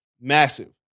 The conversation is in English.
massive